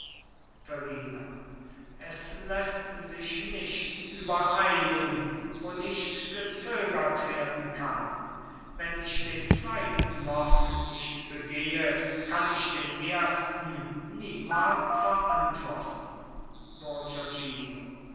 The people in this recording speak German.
verrina es läßt sich nicht übereilen wo nicht gezögert werden kann wenn ich den zweiten mord nicht begehe kann ich den ersten niemal verantworten